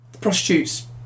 prostitutes